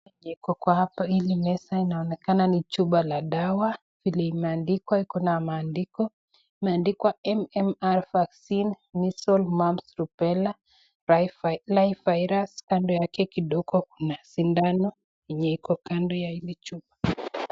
Hili meza linaonekana chupa la dawa limeandikwa kuna maandiko, imeandikwa MMR surupela kando yake kidogo kuna sindano.